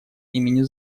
имени